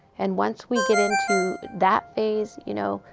and once we get into that phase, you know,